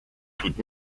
tut